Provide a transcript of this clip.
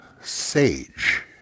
sage